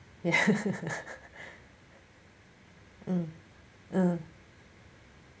mm mm